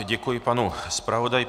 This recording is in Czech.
Děkuji panu zpravodaji.